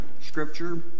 scripture